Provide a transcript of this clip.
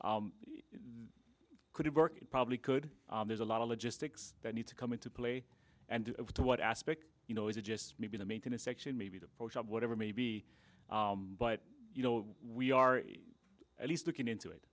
work it probably could there's a lot of logistics that need to come into play and to what aspect you know is it just maybe the maintenance section maybe the pro shop whatever maybe but you know we are at least looking into it